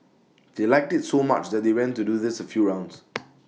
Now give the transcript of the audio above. they liked IT so much that they went to do this A few rounds